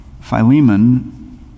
Philemon